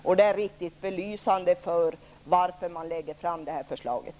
Detta är riktigt belysande för varför man lägger fram det aktuella förslaget.